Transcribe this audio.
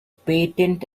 patent